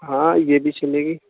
ہاں یہ بھی چلے گی